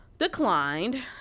declined